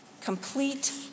complete